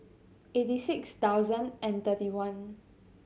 eighty six thousand and thirty one